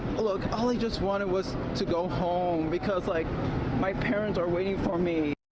look just wanted was to go home because, like my parents are waiting for me